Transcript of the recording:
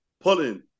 pulling